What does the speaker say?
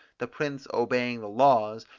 the prince obeying the laws,